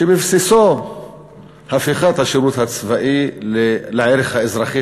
שבבסיסו הפיכת השירות הצבאי לערך האזרחי